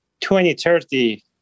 2030